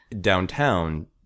downtown